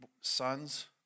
sons